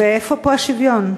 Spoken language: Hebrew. ואיפה פה השוויון?